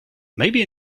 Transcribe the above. maybe